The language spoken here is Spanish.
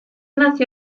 nació